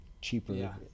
cheaper